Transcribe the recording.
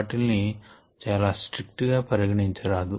వాటిల్ని చాలా స్ట్రిక్ట్ గా పరిగణించరాదు